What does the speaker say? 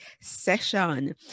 session